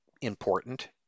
important